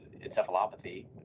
encephalopathy